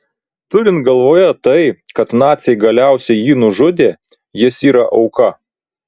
turint galvoje tai kad naciai galiausiai jį nužudė jis yra auka